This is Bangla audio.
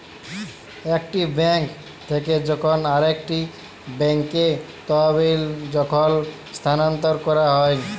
একটি বেঙ্ক থেক্যে যখন আরেকটি ব্যাঙ্কে তহবিল যখল স্থানান্তর ক্যরা হ্যয়